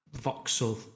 voxel